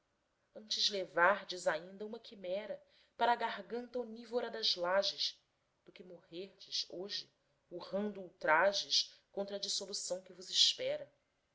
mesereres antes levardes ainda uma quimera para a garganta omnívora das lajes do que morrerdes hoje urrando ultrajes contra a dissolução que vos espera